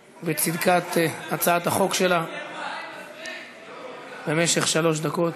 בצדקת הצעת החוק שלה במשך שלוש דקות.